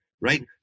right